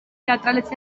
teatrales